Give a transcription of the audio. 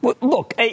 Look